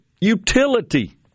utility